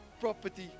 property